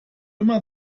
immer